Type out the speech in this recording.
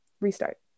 restart